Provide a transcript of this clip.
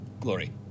Glory